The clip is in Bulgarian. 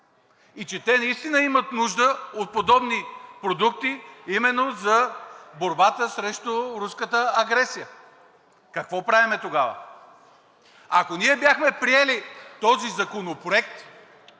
и че те наистина имат нужда от подобни продукти именно за борбата срещу руската агресия. Какво правим тогава? Ако ние бяхме приели този законопроект,